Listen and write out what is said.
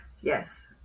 Yes